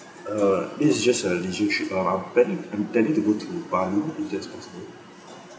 uh it is just a leisure trip uh I'm planning I'm planning to go to bali if that's possible